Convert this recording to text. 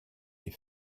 les